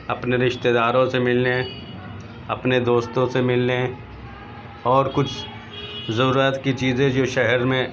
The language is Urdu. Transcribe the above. اپنے رشتہ داروں سے ملنے اپنے دوستوں سے ملنے اور کچھ ضرورت کی چیزیں جو شہر میں